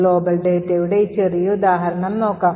global ഡാറ്റയുള്ള ഈ ചെറിയ ഉദാഹരണം നോക്കാം